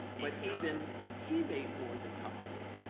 but even he made more than tom did.